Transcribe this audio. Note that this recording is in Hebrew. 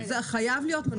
זה חייב להיות.